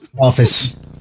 Office